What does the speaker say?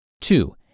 Two